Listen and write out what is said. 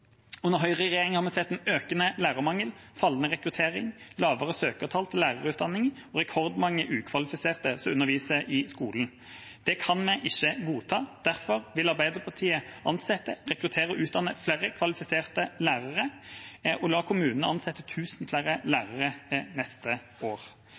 Under høyreregjeringa har vi sett en økende lærermangel, fallende rekruttering, lavere søkertall til lærerutdanningen og rekordmange ukvalifiserte som underviser i skolen. Det kan vi ikke godta. Derfor vil Arbeiderpartiet ansette, rekruttere og utdanne flere kvalifiserte lærere og la kommunene ansette 1 000 flere lærere neste år.